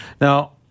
Now